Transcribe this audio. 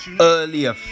earlier